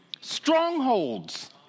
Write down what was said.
Strongholds